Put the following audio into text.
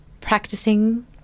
practicing